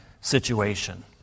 situation